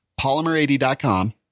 Polymer80.com